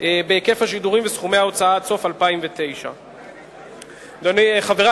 בהיקף השידורים וסכומי ההוצאה עד סוף שנת 2009. חברי,